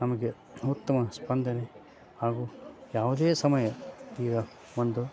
ನಮಗೆ ಉತ್ತಮ ಸ್ಪಂದನೆ ಹಾಗೂ ಯಾವುದೇ ಸಮಯ ಈಗ ಒಂದು